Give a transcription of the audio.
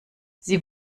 sie